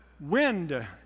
wind